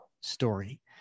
story